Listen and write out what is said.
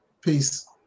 Peace